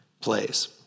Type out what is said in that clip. plays